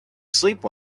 sleep